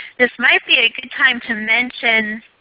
this might be a good time to mention